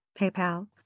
PayPal